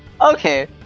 Okay